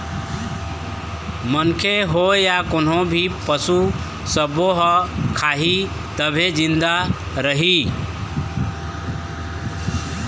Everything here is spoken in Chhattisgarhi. मनखे होए य कोनो भी पसू सब्बो ह खाही तभे जिंदा रइही